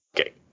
Okay